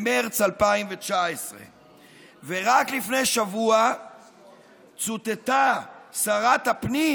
במרץ 2019. רק לפני שבוע צוטטה שרת הפנים